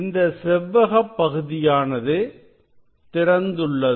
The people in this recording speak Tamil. இந்த செவ்வக பகுதியானது திறந்துள்ளது